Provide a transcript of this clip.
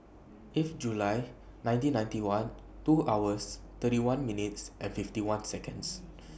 eighth July nineteen ninety one two hours thirty one minutes and fifty one Seconds